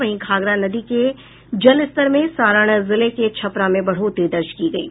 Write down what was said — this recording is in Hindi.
वहीं घाघरा नदी के जलस्तर में सारण जिले के छपरा में बढ़ोतरी दर्ज की गयी